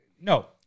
no